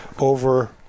over